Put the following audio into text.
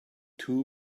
too